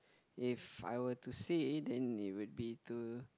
if I were to say then it would be to